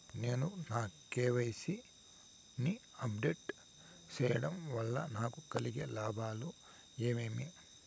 నేను నా కె.వై.సి ని అప్ డేట్ సేయడం వల్ల నాకు కలిగే లాభాలు ఏమేమీ?